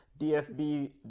DFB